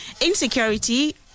insecurity